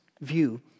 view